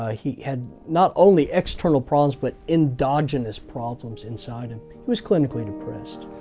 ah he had not only external problems but endogenous problems inside him. he was clinically depressed,